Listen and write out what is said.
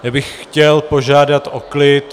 Já bych chtěl požádat o klid.